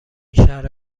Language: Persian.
شرح